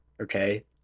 Okay